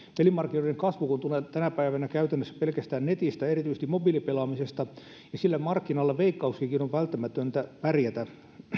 pelimarkkinoiden kasvu kun tulee tänä päivänä käytännössä pelkästään netistä erityisesti mobiilipelaamisesta niin sillä markkinalla veikkauksenkin on välttämätöntä pärjätä